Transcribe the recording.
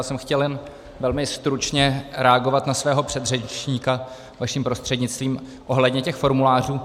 Já jsem chtěl jen velmi stručně reagovat na svého předřečníka, vaším prostřednictvím, ohledně těch formulářů.